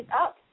up